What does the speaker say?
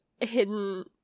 hidden